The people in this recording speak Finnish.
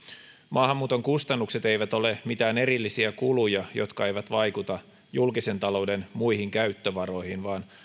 maahanmuuton kustannukset eivät ole mitään erillisiä kuluja jotka eivät vaikuta julkisen talouden muihin käyttövaroihin vaan ne